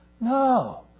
no